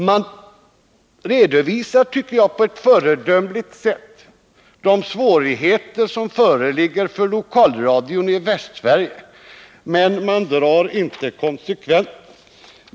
Man redovisar på ett föredömligt sätt de svårigheter som föreligger för lokalradion i Västsverige, men man drar inte konsekvenserna.